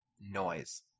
noise